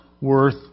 worth